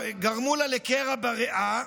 וגרמו לה לקרע בריאה,